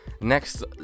next